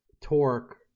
torque